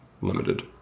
limited